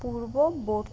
পূর্ববর্তী